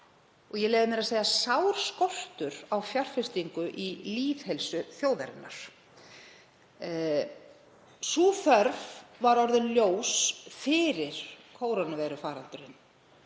og, ég leyfi mér að segja sár skortur á fjárfestingu í lýðheilsu þjóðarinnar. Sú þörf var orðin ljós fyrir kórónuveirufaraldurinn.